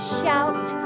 shout